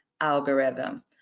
algorithm